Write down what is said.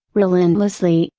relentlessly,